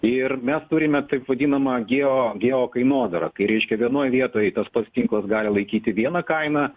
ir mes turime taip vadinamą geo geokainodarą tai reiškia vienoj vietoj tas pats tinklas gali laikyti vieną kainą